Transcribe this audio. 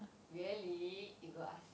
really you go ask